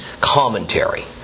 commentary